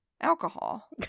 Alcohol